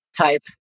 type